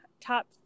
top